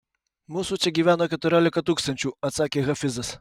mūsų čia gyveno keturiolika tūkstančių atsakė hafizas